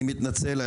אני מתנצל,